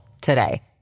today